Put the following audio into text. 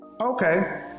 Okay